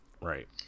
right